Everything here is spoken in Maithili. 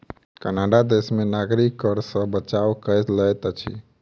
कनाडा देश में नागरिक कर सॅ बचाव कय लैत अछि